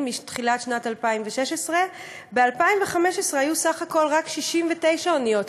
מתחילת שנת 2016. ב-2015 היו סך הכול 69 אוניות,